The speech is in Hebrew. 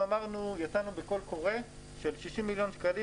יצאנו בקול קורא של 60 מיליון שקלים.